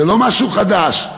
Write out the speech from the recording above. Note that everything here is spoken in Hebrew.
זה לא משהו חדש.